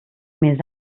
més